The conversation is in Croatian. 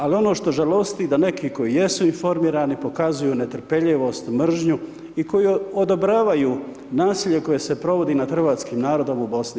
Ali ono što žalosti da neki koji jesu informirani pokazuju netrpeljivost, mržnju i koji odobravaju nasilje koje se provodi nad hrvatskim narodom u BiH.